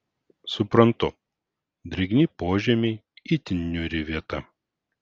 suprantu drėgni požemiai itin niūri vieta